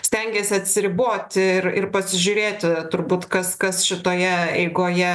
stengėsi atsiriboti ir ir pasižiūrėti turbūt kas kas šitoje eigoje